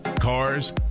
cars